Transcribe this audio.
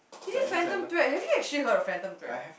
can you fathom drag have you actually heard of fathom drag